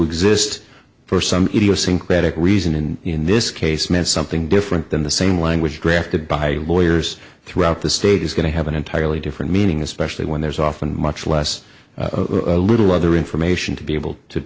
exist for some idiosyncratic reason and in this case meant something different than the same language directed by lawyers throughout the state is going to have an entirely different meaning especially when there's often much less a little other information to be able to